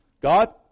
God